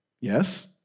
Yes